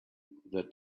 the